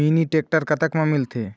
Mini tractor कतक म मिलथे?